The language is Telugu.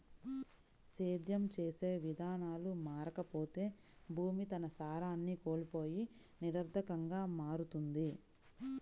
సేద్యం చేసే విధానాలు మారకపోతే భూమి తన సారాన్ని కోల్పోయి నిరర్థకంగా మారుతుంది